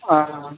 ஆ